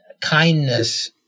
kindness